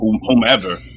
whomever